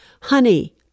honey